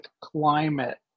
climate